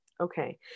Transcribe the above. Okay